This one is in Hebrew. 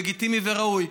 זה לגיטימי וראוי.